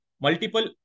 multiple